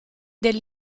del